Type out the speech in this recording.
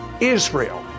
Israel